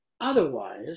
Otherwise